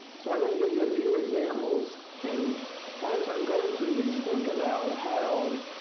so i am going to give you a few examples and as i am going through these, think about how